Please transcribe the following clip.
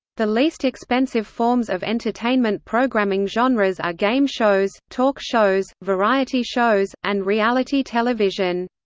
the least expensive forms of entertainment programming genres are game shows, talk shows, variety shows, and reality television.